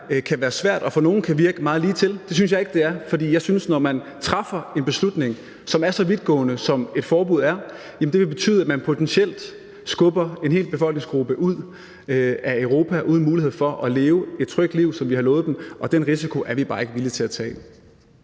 og være svært. For nogle kan det virke meget ligetil, men det synes jeg ikke det er. For jeg synes, at når man træffer en beslutning, som er så vidtgående, som et forbud er, vil det betyde, at man potentielt skubber en hel befolkningsgruppe ud af Europa uden mulighed for at leve et trygt liv, som vi har lovet dem, og den risiko er vi bare ikke villige til at tage.